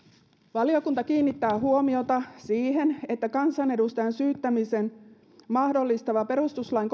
valiokunta kiinnittää huomiota siihen että kansanedustajan syyttämisen mahdollistava perustuslain